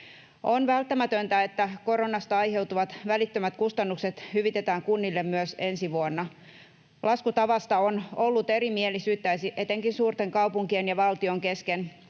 On välttämätöntä, että koronasta aiheutuvat välittömät kustannukset hyvitetään kunnille myös ensi vuonna. Laskutavasta on ollut erimielisyyttä etenkin suurten kaupunkien ja valtion kesken,